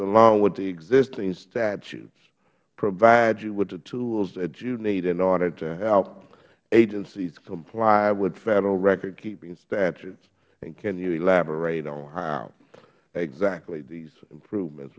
along with the existing statutes provide you with the tools that you need in order to help agencies comply with federal recordkeeping statutes and can you elaborate on how exactly these improvements